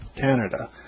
Canada